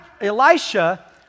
Elisha